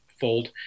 fold